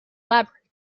labyrinth